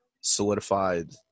solidified –